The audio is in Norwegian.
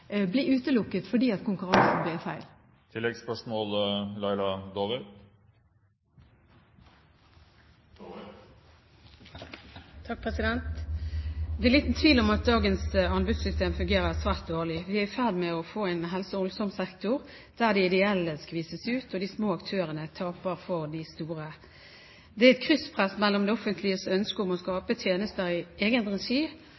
blir utelukket, fordi konkurransen blir feil. Laila Dåvøy – til siste oppfølgingsspørsmål. Det er liten tvil om at dagens anbudssystem fungerer svært dårlig. Vi er i ferd med å få en helse- og omsorgssektor der de ideelle skvises ut og de små aktørene taper for de store. Det er et krysspress mellom det offentliges ønske om å